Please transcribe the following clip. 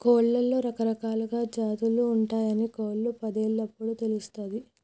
కోడ్లలో రకరకాలా జాతులు ఉంటయాని కోళ్ళ పందేలప్పుడు తెలుస్తది